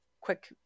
quick